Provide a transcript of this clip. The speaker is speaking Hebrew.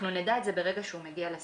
אנחנו נדע את זה ברגע שהוא מגיע לשדה.